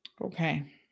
Okay